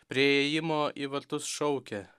prie įėjimo į vartus šaukia